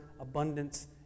abundance